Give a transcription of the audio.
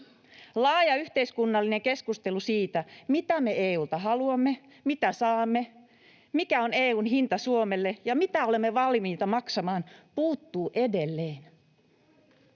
Laaja yhteiskunnallinen keskustelu siitä, mitä me EU:lta haluamme, mitä saamme, mikä on EU:n hinta Suomelle ja mitä olemme valmiita maksamaan, puuttuu edelleen.